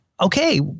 okay